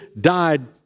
died